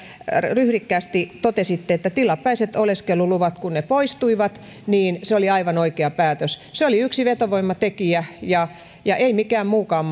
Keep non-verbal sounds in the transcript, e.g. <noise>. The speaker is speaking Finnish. ryhdikkäästi totesitte että kun tilapäiset oleskeluluvat poistuivat niin se oli aivan oikea päätös se oli yksi vetovoimatekijä ja ja ei mikään muukaan <unintelligible>